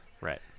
Right